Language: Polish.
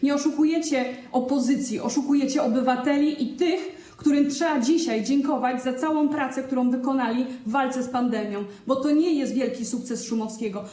Nie oszukujecie opozycji, oszukujecie obywateli i tych, którym trzeba dzisiaj dziękować za całą pracę, którą wykonali w walce z pandemią, bo to nie jest wielki sukces Szumowskiego.